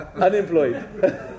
unemployed